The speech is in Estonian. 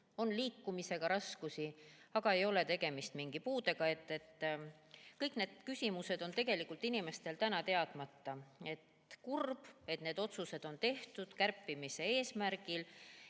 on liikumisega raskusi, aga ei ole tegemist mingi puudega. Kõik see on inimestel teadmata. Kurb, et need otsused on tehtud kärpimise eesmärgil.